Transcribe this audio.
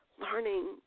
learning